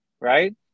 right